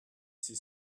see